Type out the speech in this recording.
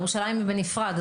ירושלים היא בנפרד.